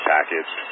Package